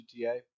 GTA